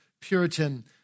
Puritan